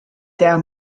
tea